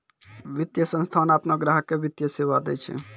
वित्तीय संस्थान आपनो ग्राहक के वित्तीय सेवा दैय छै